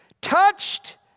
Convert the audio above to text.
Touched